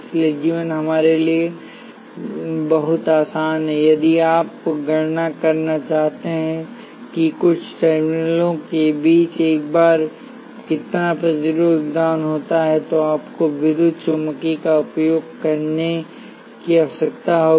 इसलिए जीवन हमारे लिए बहुत आसान है यदि आप गणना करना चाहते हैं कि कुछ टर्मिनलों के बीच एक बार कितना प्रतिरोध योगदान देता है तो आपको विद्युत चुम्बकीय का उपयोग करने की आवश्यकता है